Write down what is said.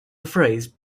phrase